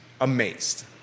amazed